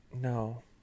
No